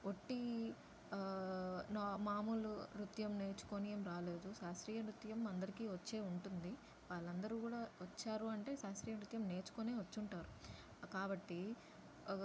వట్టీ నా మామూలు నృత్యం నేర్చుకొని ఏం రాలేదు శాస్త్రీయ నృత్యం అందరికీ వచ్చే ఉంటుంది వాళ్ళందరూ గూడా వచ్చారు అంటే శాస్త్రీయ నృత్యం నేర్చుకొనే వచ్చుంటారు కాబట్టీ